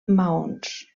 maons